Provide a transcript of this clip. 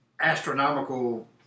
astronomical